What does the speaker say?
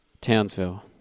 Townsville